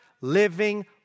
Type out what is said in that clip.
living